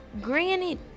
granted